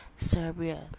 Serbia